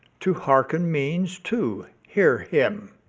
to hearken means to hear him